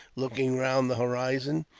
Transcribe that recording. looking round the horizon.